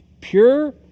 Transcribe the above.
pure